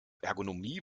ergonomie